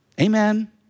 Amen